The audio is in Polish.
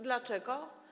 Dlaczego?